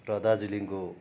र दार्जिलिङको